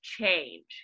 change